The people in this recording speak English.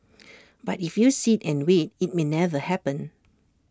but if you sit and wait IT may never happen